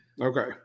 Okay